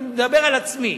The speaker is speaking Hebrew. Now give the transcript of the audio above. אני מדבר על עצמי.